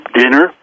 dinner